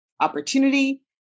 Opportunity